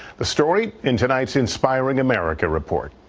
the story in tonight's inspiring america report.